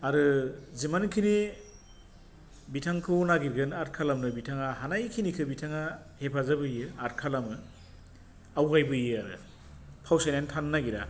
आरो जेमानखिनि बिथांखौ नागिरगोन आर्ट खालामनो बिथाङा हानायखिनिखौ बिथाङा हेफाजाब होयो आर्ट खालामो आवगाय बोयो आरो फावसायनानै थानो नागेरा